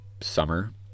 summer